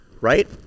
right